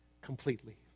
completely